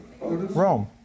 Rome